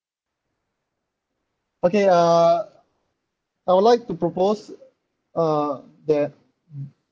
okay uh I would like to propose uh that